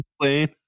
plane